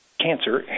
cancer